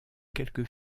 quelques